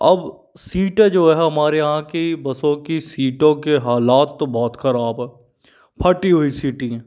अब सीटें जो है हमारे यहाँ की बसों की सीटों के हालात तो बहुत खराब है फटी हुई सीटें हैं